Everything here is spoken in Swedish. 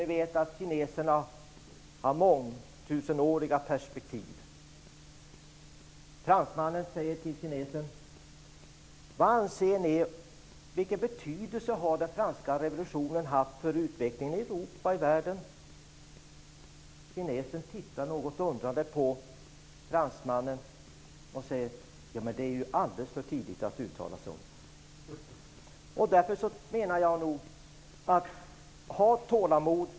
Ni vet ju att kineserna har mångtusenåriga perspektiv. Fransmannen säger till kinesen: Vilken betydelse anser ni att den franska revolutionen har haft för utvecklingen i Europa och i världen? Kinesen tittar något undrande på fransmannen och säger: Men det är det ju alldeles för tidigt att uttala sig om! Därför menar jag: Ha tålamod!